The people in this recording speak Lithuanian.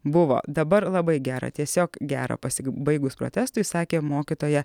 buvo dabar labai gera tiesiog gera pasibaigus protestui sakė mokytoja